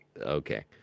Okay